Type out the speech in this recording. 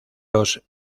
los